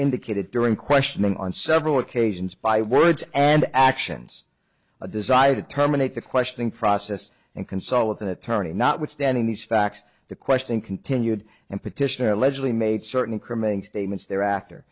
indicated during questioning on several occasions by words and actions a desire to terminate the questioning process and consult with an attorney notwithstanding these facts the question continued and petitioner allegedly made certain cremains statements there a